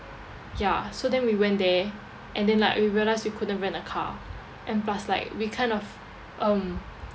ya so then we went there and then like we realised we couldn't rent a car and plus like we kind of um